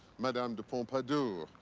madame de pompadour,